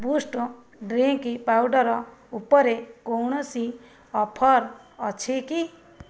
boost drink powder ଉପରେ କୌଣସି offer ଅଛି କି